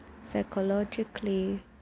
psychologically